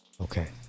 okay